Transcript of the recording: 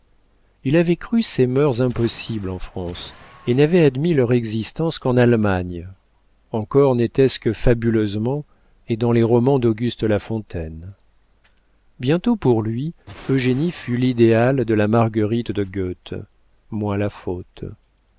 il avait cru ces mœurs impossibles en france et n'avait admis leur existence qu'en allemagne encore n'était-ce que fabuleusement et dans les romans d'auguste lafontaine bientôt pour lui eugénie fut l'idéal de la marguerite de gœthe moins la faute